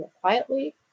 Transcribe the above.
quietly